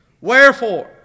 Wherefore